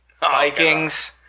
Vikings